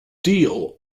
deal